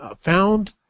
found